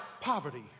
poverty